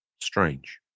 Strange